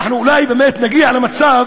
אולי באמת נגיע למצב